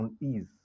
unease